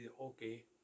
okay